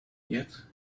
yet